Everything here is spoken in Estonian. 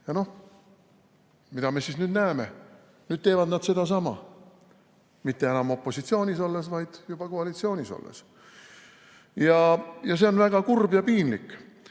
Noh, mida me siis nüüd näeme? Nüüd teevad nad sedasama. Mitte enam opositsioonis olles, vaid juba koalitsioonis olles. Ja see on väga kurb ja piinlik,